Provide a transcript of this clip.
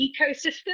ecosystem